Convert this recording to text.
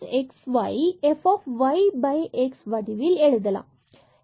எனவே 2 times xy f y x வடிவில் எழுதலாம்